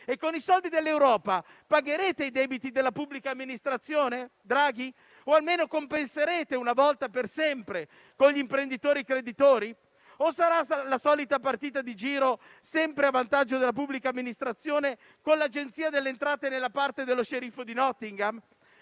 Con i soldi dell'Europa pagherete i debiti della pubblica amministrazione, presidente Draghi, o almeno compenserete, una volta per sempre, con gli imprenditori creditori? Oppure sarà la solita partita di giro, sempre a vantaggio della pubblica amministrazione, con l'Agenzia delle entrate nella parte dello sceriffo di Nottingham?